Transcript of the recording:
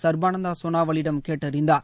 சர்பானந்தா சோனாவாலிடம் கேட்டறிந்தார்